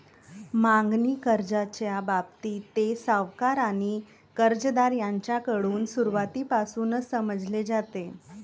मागणी कर्जाच्या बाबतीत, ते सावकार आणि कर्जदार यांच्याकडून सुरुवातीपासूनच समजले जाते